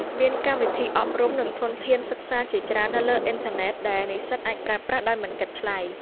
មានកម្មវិធីអប់រំ និងធនធានសិក្សាជាច្រើននៅលើអ៊ីនធឺណិតដែលនិស្សិតអាចប្រើប្រាស់ដោយមិនគិតថ្លៃ។